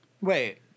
Wait